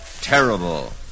terrible